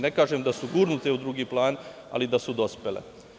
Ne kažem da su gurnute u drugi plan, ali da su dospele.